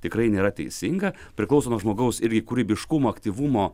tikrai nėra teisinga priklauso nuo žmogaus irgi kūrybiškumo aktyvumo